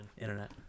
Internet